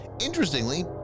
Interestingly